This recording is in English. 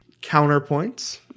Counterpoints